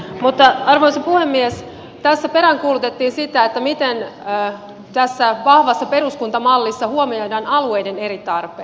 mutta arvoisa puhemies tässä peräänkuulutettiin sitä miten tässä vahvassa peruskuntamallissa huomioidaan alueiden eri tarpeet